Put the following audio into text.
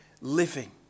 living